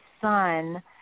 son